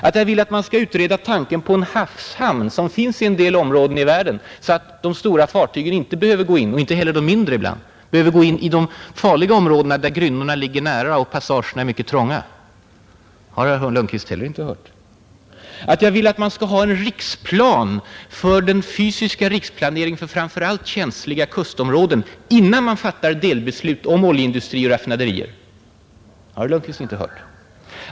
Att jag vill att man skall utreda tanken på en havshamn av det slag som finns i en del områden i världen, så att de stora fartygen — och inte heller de mindre ibland — behöver gå in i de farliga områdena där grynnorna ligger nära och passagerna är mycket trånga, har herr Lundkvist inte heller uppfattat. Att jag vill att man skall ha en riksplan för den fysiska riksplaneringen för framför allt känsliga kustområden innan man fattar delbeslut om oljeindustri och raffinaderier har herr Lundkvist inte märkt.